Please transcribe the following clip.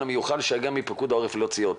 המיוחל שיגיע מפיקוד העורף להוציא אותם.